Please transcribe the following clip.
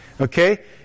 Okay